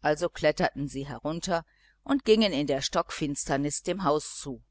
also kletterten sie herunter und gingen in der stockfinsternis dem haus zu